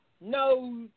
no